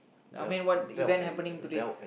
I mean what event happening today